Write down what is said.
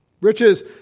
Riches